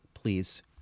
please